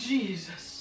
Jesus